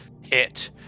hit